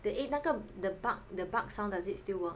the eight 那个 the bark the bark sound does it still work